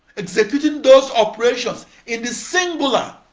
executing those operations in the singular.